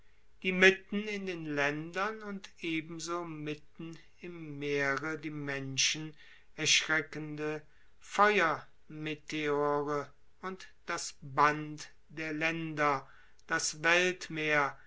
die mitten in den ländern und ebenso mitten im meere erschreckende feuermeteore und das band der länder das weltmeer